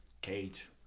Cage